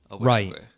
Right